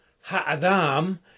Ha'adam